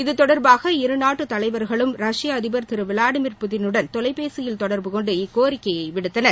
இதுதொடர்பாக இருநாட்டு தலைவர்களும் ரஷ்ய அதிபர் திரு விளாடிமிர் புதினுடன் தொலைபேசியில் தொடர்பு கொண்டு இக்கோரிக்கையை விடுத்தனர்